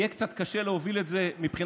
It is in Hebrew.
יהיה קצת קשה להוביל את זה מבחינה